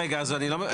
רגע, אז אני לא מבין.